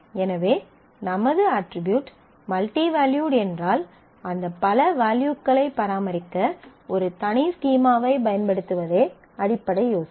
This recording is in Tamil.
எனவே நமது அட்ரிபியூட் மல்டி வேல்யூட் என்றால் அந்த பல வேல்யூகளைப் பராமரிக்க ஒரு தனி ஸ்கீமாவைப் பயன்படுத்துவதே அடிப்படை யோசனை